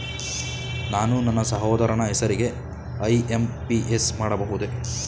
ನಾನು ನನ್ನ ಸಹೋದರನ ಹೆಸರಿಗೆ ಐ.ಎಂ.ಪಿ.ಎಸ್ ಮಾಡಬಹುದೇ?